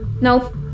No